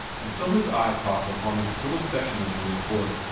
until his eye caught upon this little section of the report,